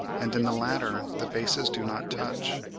and in the latter the bases do not touch.